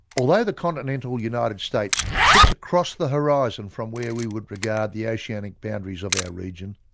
although the continental united states sits across the horizon from where we would regard the oceanic boundaries of our region,